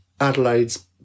Adelaide's